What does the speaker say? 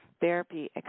therapy